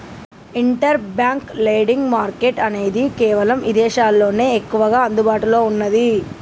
inter bank lending market అనేది కేవలం ఇదేశాల్లోనే ఎక్కువగా అందుబాటులో ఉన్నాది